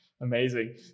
amazing